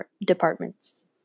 departments